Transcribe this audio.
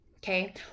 Okay